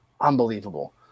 Unbelievable